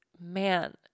man